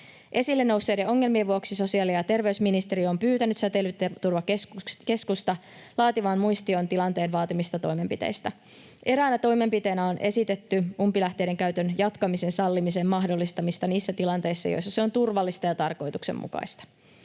Esille nousseiden ongelmien vuoksi sosiaali- ja terveysministeriö on pyytänyt Säteilyturvakeskusta laatimaan muistion tilanteen vaatimista toimenpiteistä. Eräänä toimenpiteenä on esitetty umpilähteiden käytön jatkamisen sallimisen mahdollistamista niissä tilanteissa, joissa se on turvallista ja tarkoituksenmukaista.